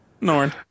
Norn